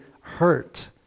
hurt